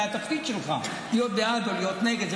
זה התפקיד שלך, להיות בעד או להיות נגד.